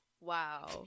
wow